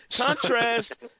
Contrast